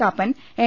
Kappan N